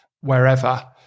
wherever